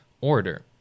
order